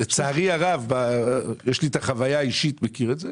לצערי הרב יש לי את החוויה האישית ואני מכיר את זה.